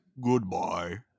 Goodbye